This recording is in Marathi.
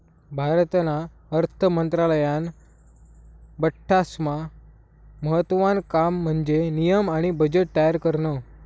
भारतना अर्थ मंत्रालयानं बठ्ठास्मा महत्त्वानं काम म्हन्जे नियम आणि बजेट तयार करनं